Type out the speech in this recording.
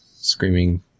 screaming